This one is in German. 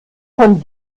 von